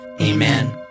Amen